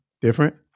Different